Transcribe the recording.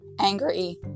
angry